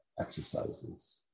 exercises